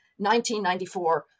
1994